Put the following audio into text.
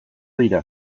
dira